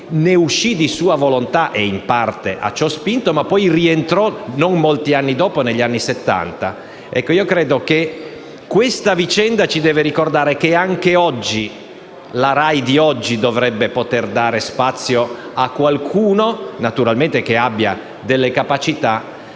ne uscì di sua volontà - e in parte a ciò spinto - per poi rientrarvi non molti anni dopo, negli anni Settanta. Credo che questa vicenda ci debba ricordare che anche la RAI di oggi dovrebbe poter dare spazio a qualcuno che naturalmente abbia delle capacità,